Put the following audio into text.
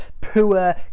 poor